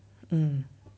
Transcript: mm